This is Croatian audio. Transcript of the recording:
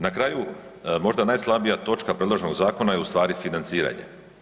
Na kraju možda najslabija točka predloženog zakona je ustvari financiranje.